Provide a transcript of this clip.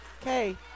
Okay